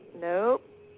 Nope